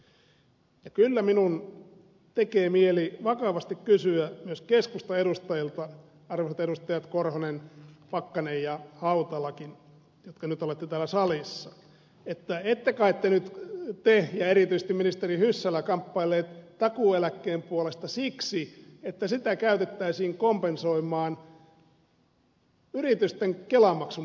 kyllä minun tekee mieli vakavasti kysyä myös keskustan edustajilta arvoisat edustajat timo korhonen pakkanen ja hautalakin jotka nyt olette täällä salissa ette kai te nyt ja erityisesti ministeri rehula kamppaile takuueläkkeen puolesta siksi että sitä käytettäisiin kompensoimaan yritysten kelamaksun poistoa